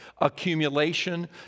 accumulation